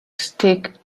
stake